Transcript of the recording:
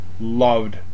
loved